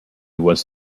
was